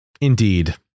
Indeed